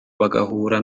bagahura